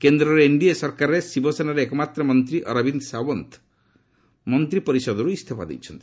କେନ୍ଦ୍ରର ଏନ୍ଡିଏ ସରକାରରେ ଶିବସେନାର ଏକମାତ୍ର ମନ୍ତ୍ରୀ ଅରବିନ୍ଦ ସାଓ୍ୱନ୍ତ ମନ୍ତ୍ରୀ ପରିଷଦରୁ ଇଞ୍ଜଫା ଦେଇଛନ୍ତି